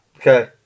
okay